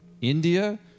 India